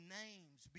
names